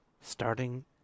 starting